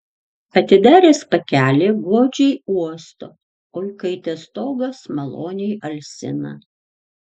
atidaręs pakelį godžiai uosto o įkaitęs stogas maloniai alsina